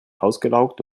ausgelaugt